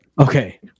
Okay